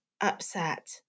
upset